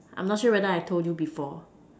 I am not sure I have told you before